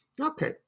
Okay